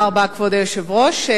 כבוד היושב-ראש,